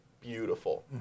beautiful